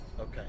Okay